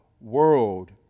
world